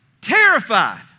Terrified